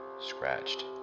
scratched